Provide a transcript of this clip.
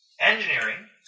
Engineering